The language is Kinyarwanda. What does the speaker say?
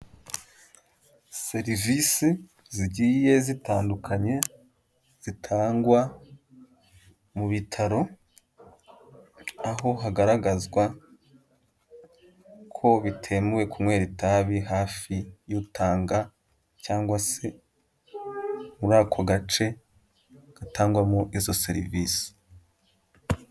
Serivisi zigiye zitandukanye zitangwa mu bitaro, aho hagaragazwa ko bitemewe kunywera itabi hafi y'utanga cyangwa se muri ako gace gatangwamo izo serivisi.